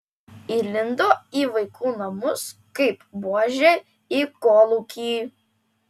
įlindo į vaikų namus kaip buožė į kolūkį